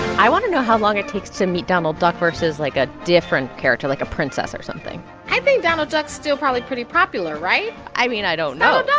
i want to know how long it takes to meet donald duck versus, like, a different character, like a princess or something i think donald duck's still probably pretty popular, right? i mean, i don't know it's